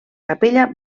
capella